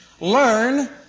learn